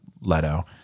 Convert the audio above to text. Leto